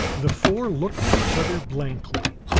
the four looked at each other blankly.